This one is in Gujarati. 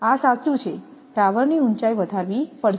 આ સાચું છે ટાવરની ઉંચાઇ વધારવી પડશે